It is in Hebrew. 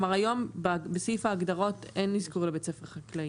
בסעיף ההגדרות, אין היום אזכור לבית ספר חקלאי,